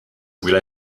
will